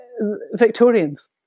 Victorians